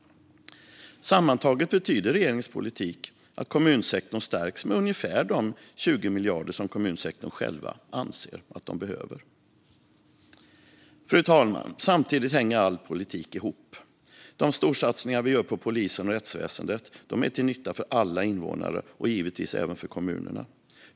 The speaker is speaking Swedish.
Sammantaget betyder regeringens politik att kommunsektorn stärks med ungefär de 20 miljarder som kommunsektorn själva anser att de behöver. Fru talman! Samtidigt är det så att politik hänger ihop. De storsatsningar vi gör på polisen och rättsväsendet är till nytta för alla invånare och givetvis även för kommunerna.